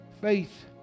Faith